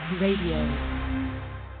radio